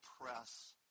press